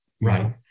Right